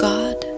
God